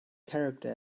character